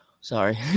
sorry